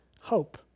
Hope